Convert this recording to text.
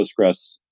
Postgres